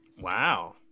Wow